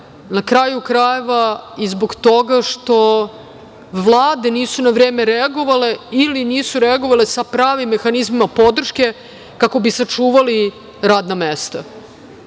na kraju krajeva i zbog toga što vlade nisu na vreme reagovale ili nisu reagovale sa pravim mehanizmima podrške kako bi sačuvali radna mesta. Srbija